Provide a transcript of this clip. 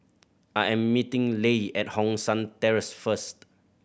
I am meeting Leigh at Hong San Terrace first